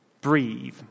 Breathe